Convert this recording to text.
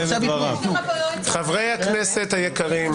חברי הכנסת היקרים,